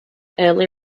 early